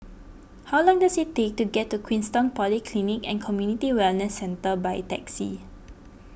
how long does it take to get to Queenstown Polyclinic and Community Wellness Centre by taxi